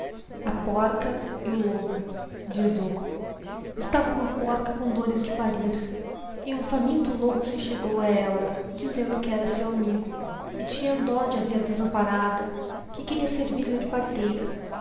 a porta e o lobo estava uma porta com dôiaâ depáxir e lhutâ famiura lobo set chegou a ella y dizendo que era eui amigo e tinha dó de a ver desampa rada que queria servir-lhe de parteira